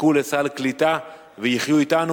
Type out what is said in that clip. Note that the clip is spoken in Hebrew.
יזכו לסל קליטה, ויחיו אתנו.